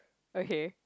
okay